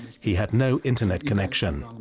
he had no internet connection.